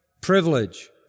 privilege